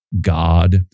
God